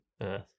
Earth